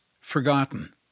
forgotten